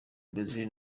brazil